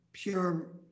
pure